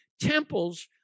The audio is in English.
temples